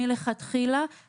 מי מטעם משרד החינוך?